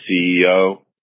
CEO